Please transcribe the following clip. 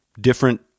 different